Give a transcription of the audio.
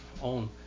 on